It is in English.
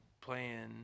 playing